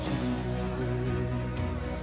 Jesus